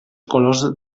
colors